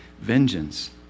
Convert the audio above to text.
Vengeance